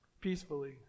peacefully